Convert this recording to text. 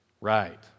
right